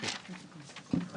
שהוכנסו בהן, אושרו.